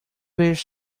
vez